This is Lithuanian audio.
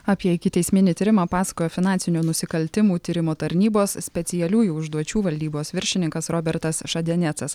apie ikiteisminį tyrimą pasakojo finansinių nusikaltimų tyrimo tarnybos specialiųjų užduočių valdybos viršininkas robertas šadianecas